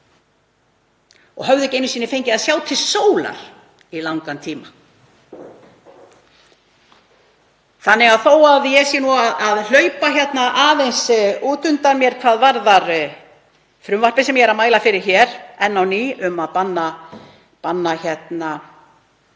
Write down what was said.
og höfðu ekki einu sinni fengið að sjá til sólar í langan tíma. Þó að ég sé að hlaupa aðeins út undan mér hvað varðar frumvarpið sem ég er að mæla hér fyrir enn á ný, um að banna